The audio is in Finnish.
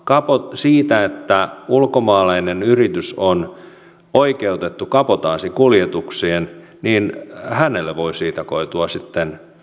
siitä onko ulkomaalainen yritys oikeutettu kabotaasikuljetukseen niin hänelle voi siitä koitua sitten